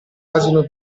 asino